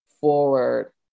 forward